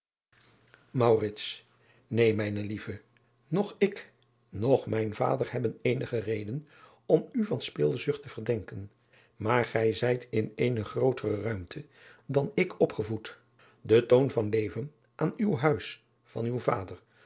een mijn lieve noch ik noch mijn vader hebben eenige reden om u van spilzucht te verdenken maar gij zijt in eene grootere ruimte dan ik opgevoed e toon van leven aan het huis van uw vader